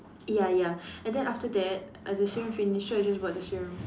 ya ya and then after that the serum finish so I just bought the serum